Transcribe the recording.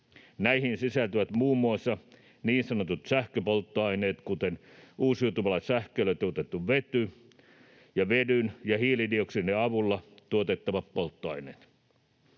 Näihin sisältyvät muun muassa niin sanotut sähköpolttoaineet, kuten uusiutuvalla sähköllä toteutettu vety, ja vedyn ja hiilidioksidin avulla tuotettavat polttoaineet.